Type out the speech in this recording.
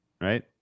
Right